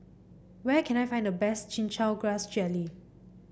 where can I find the best Chin Chow Grass Jelly